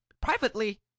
privately